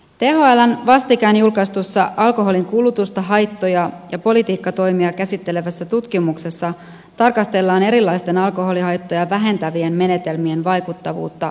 thln vastikään julkaistussa alkoholin kulutusta haittoja ja politiikkatoimia käsittelevässä tutkimuksessa tarkastellaan erilaisten alkoholihaittoja vähentävien menetelmien vaikuttavuutta ja hyödynnettävyyttä